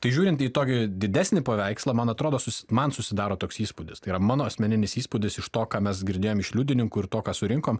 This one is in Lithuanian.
tai žiūrint į tokį didesnį paveikslą man atrodo man susidaro toks įspūdis tai yra mano asmeninis įspūdis iš to ką mes girdėjom iš liudininkų ir to ką surinkom